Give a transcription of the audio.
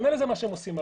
ממילא זה מה שהם עושים.